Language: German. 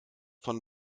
von